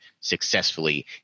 successfully